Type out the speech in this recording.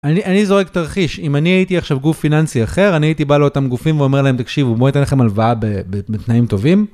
אני, אני זורק תרחיש. אם אני הייתי עכשיו גוף פיננסי אחר אני הייתי בא לאותם גופים ואומר להם, תקשיבו, בואו אני אתן לכם הלוואה בתנאים טובים,